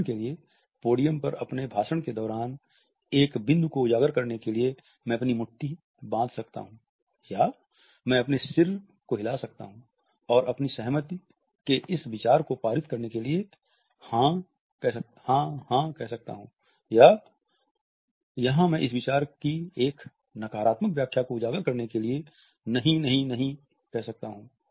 उदाहरण के लिए पोडियम पर अपने भाषण के दौरान एक बिंदु को उजागर करने के लिए मैअपनी मुट्ठी बांध सकता हूँ या मैं अपने सिर को हिला सकता हूं और अपनी सहमति के इस विचार को पारित करने के लिए हां हां हां कह सकता हूं या यहां मैं इस विचार की एक नकारात्मक व्याख्या को उजागर करने के लिए नहीं नहीं नहीं नहीं नहीं कह सकता हूं